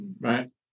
Right